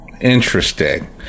Interesting